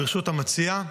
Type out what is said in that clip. ברשות המציע,